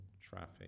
traffic